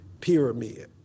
pyramid